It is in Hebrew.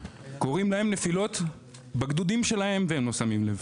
קורים להם נפילות בגדודים שלהם והם לא שמים לב.